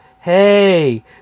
hey